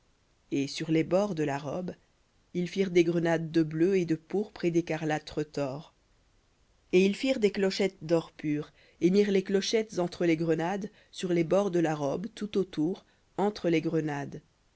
et sur les bords de la robe ils firent des grenades de bleu et de pourpre et d'écarlate retors et ils firent des clochettes d'or pur et mirent les clochettes entre les grenades sur les bords de la robe tout autour entre les grenades